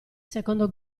secondo